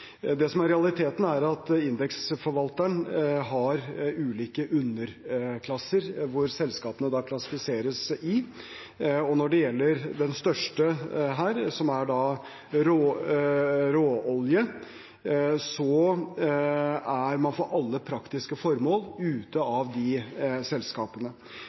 Det som er realiteten, er at indeksforvalteren har ulike underklasser som selskapene klassifiseres i. Når det gjelder den største, som er råolje, er man for alle praktiske formål ute av de selskapene.